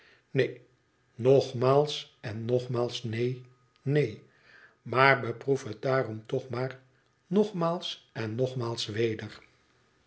neen nogmaals en nogmaals neen neen maar beproef het daarom toch maar nogmaals en nogmaals weder